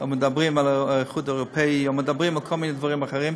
מדברים על האיחוד האירופי או מדברים על כל מיני דברים אחרים.